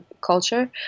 culture